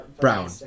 brown